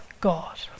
God